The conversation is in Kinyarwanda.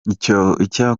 icyakora